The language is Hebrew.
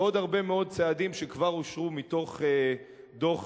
ועוד הרבה מאוד צעדים שכבר אושרו מתוך דוח-טרכטנברג?